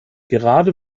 gerade